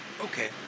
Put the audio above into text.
Okay